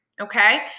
Okay